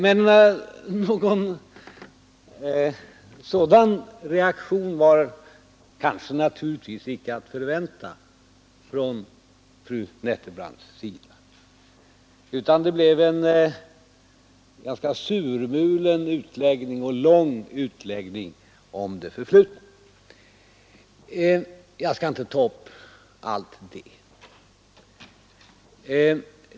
Men någon sådan reaktion var naturligtvis icke att vänta från fru Nettelbrandts sida, utan det blev en ganska surmulen och lång utläggning om det förflutna. Jag skall inte ta upp allt hon sade.